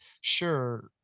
sure